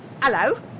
Hello